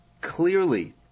clearly